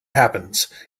happens